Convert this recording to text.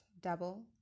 double